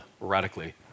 Radically